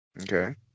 Okay